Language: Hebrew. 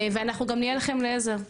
ואנחנו גם נהיה לכם לעזר.